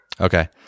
Okay